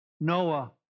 Noah